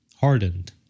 hardened